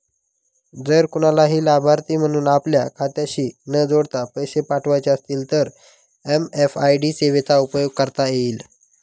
जर कुणालाही लाभार्थी म्हणून आपल्या खात्याशी न जोडता पैसे पाठवायचे असतील तर एम.एम.आय.डी सेवेचा उपयोग करता येईल